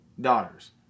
daughters